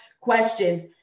questions